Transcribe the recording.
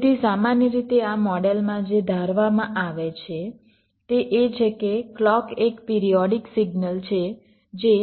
તેથી સામાન્ય રીતે આ મોડેલમાં જે ધારવામાં આવે છે તે એ છે કે ક્લૉક એક પિરીયોડીક સિગ્નલ છે જે